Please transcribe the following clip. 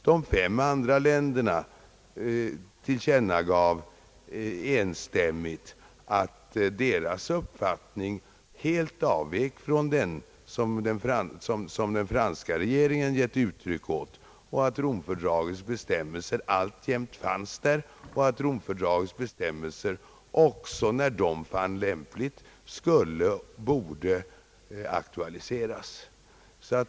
De fem andra länderna tillkännagav enstämmigt, att deras uppfattning helt avvek från den som den franska regeringen gett uttryck åt och att Romfördragets bestämmelser alltjämt fanns där och att dessa bestämmelser också, när de fann lämpligt, borde aktualiseras.